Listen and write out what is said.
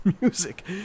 music